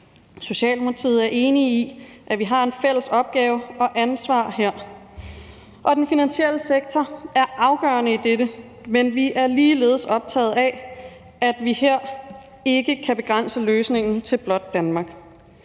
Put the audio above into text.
Socialdemokratiet er enig i, at vi har en fælles opgave og et fælles ansvar her, og den finansielle sektor er afgørende i dette, men vi er ligeledes optaget af, at vi her ikke kan begrænse løsningen til blot at ske